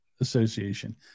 Association